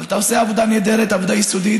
אבל אתה עושה עבודה נהדרת, עבודה יסודית.